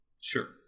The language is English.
Sure